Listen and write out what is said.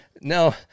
No